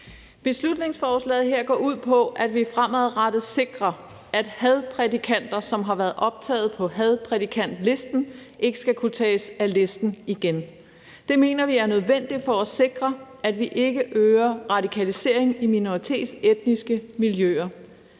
Beslutningsforslaget her går ud på, at vi fremadrettet sikrer, at hadprædikanter, som har været optaget på hadprædikantlisten, ikke skal kunne tages af listen igen. Det mener vi er nødvendigt for at sikre, at vi ikke øger radikaliseringen i minoritetsetniske miljøer.